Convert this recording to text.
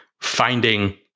finding